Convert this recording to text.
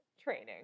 training